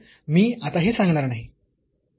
तर मी आता हे सांगणार नाही